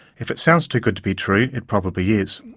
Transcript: if it sounds too good to be true, it probably is.